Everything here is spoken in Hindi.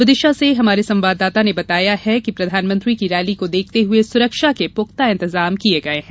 विदिशा से हमारे संवाददाता ने बताया है कि प्रधानमंत्री की रैली को देखते हए सुरक्षा के पूख्ता इंतजाम किये गये हैं